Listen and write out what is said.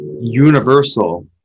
universal